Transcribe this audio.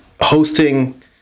hosting